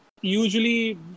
usually